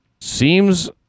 Seems